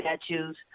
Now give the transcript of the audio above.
statues